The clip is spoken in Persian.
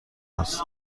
است